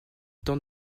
tente